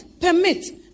permit